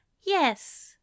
Yes